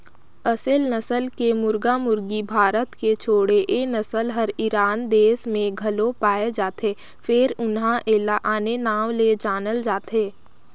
असेल नसल के मुरगा मुरगी भारत के छोड़े ए नसल हर ईरान देस में घलो पाये जाथे फेर उन्हा एला आने नांव ले जानल जाथे